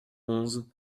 onze